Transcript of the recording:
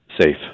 safe